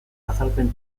azalpen